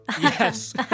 Yes